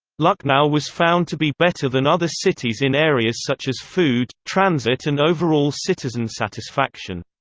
lucknow was found to be better than other cities in areas such as food, transit and overall citizen satisfaction.